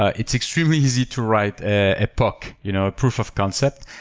ah it's extremely easy to write a poc, you know a prove of concept,